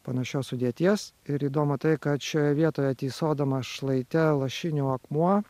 panašios sudėties ir įdomu tai kad šioje vietoje tysodamas šlaite lašinių akmuo